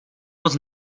moc